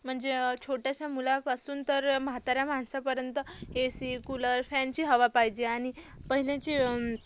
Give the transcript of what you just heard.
म्हणजे छोट्याशा मुलापासून तर म्हाताऱ्या माणसापर्यंत ए सी कूलर फॅनची हवा पाहिजे आणि पहिलेची